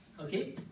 Okay